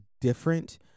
different